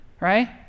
right